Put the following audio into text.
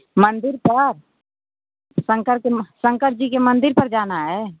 मंदिर पर शंकर के मः शंकर जी के मंदिर पर जाना है